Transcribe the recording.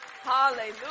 hallelujah